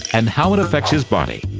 and how it affects his body.